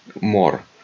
more